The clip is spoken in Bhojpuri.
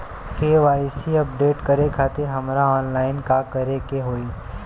के.वाइ.सी अपडेट करे खातिर हमरा ऑनलाइन का करे के होई?